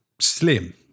slim